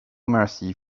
mercy